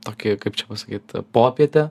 tokį kaip čia pasakyt popietę